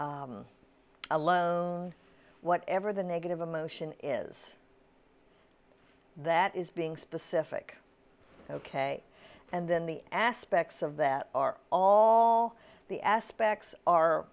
alone whatever the negative emotion is that is being specific ok and then the aspects of that are all the aspects are